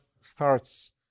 starts